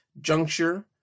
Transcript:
juncture